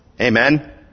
Amen